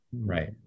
Right